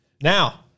Now